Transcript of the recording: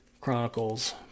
Chronicles